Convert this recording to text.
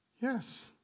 yes